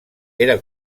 era